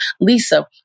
Lisa